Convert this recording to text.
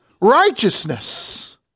righteousness